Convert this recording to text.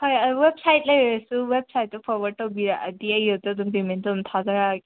ꯍꯣꯏ ꯋꯦꯞꯁꯥꯏꯠ ꯂꯩꯔꯁꯨ ꯋꯦꯠꯁꯥꯏꯠꯇꯣ ꯐꯣꯔꯋꯥꯠ ꯇꯧꯕꯤꯔꯛꯑꯗꯤ ꯑꯩ ꯑꯗꯨꯗ ꯑꯗꯨꯝ ꯄꯦꯃꯦꯟ ꯑꯗꯨꯝ ꯊꯥꯖꯔꯛꯑꯒꯦ